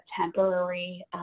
temporary